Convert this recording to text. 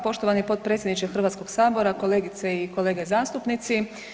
Poštovani potpredsjedniče Hrvatskoga sabora, kolegice i kolege zastupnici.